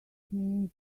means